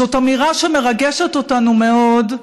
זאת אמירה שמרגשת אותנו מאוד,